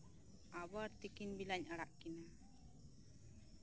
ᱟᱵᱟᱨ ᱛᱠᱤᱱ ᱵᱮᱲᱟᱧ ᱟᱲᱟᱜ ᱠᱤᱱᱟᱹ